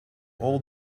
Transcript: all